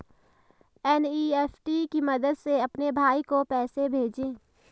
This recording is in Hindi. एन.ई.एफ.टी की मदद से अपने भाई को पैसे भेजें